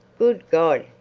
good god!